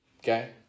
okay